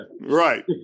right